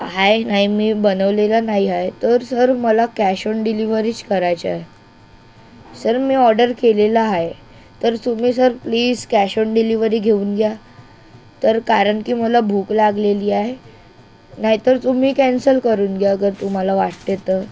आहे नाही मी बनवलेलं नाही आहे तर सर मला कॅश ऑन डिलीवरीच करायचं आहे सर मी ऑर्डर केलेला आहे तर तुम्ही sir please cash on delivery घेऊन घ्या तर कारण की मला भूक लागलेली आहे नाही तर तुम्ही कॅन्सल करून घ्या अगर तुम्हाला वाटते तर